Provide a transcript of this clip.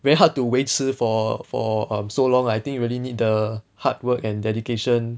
very hard to 维持 for for so long I think really need the hard work and dedication